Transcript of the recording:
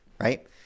Right